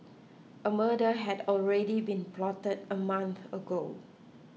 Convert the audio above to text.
a murder had already been plotted a month ago